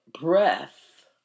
breath